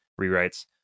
rewrites